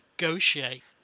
negotiate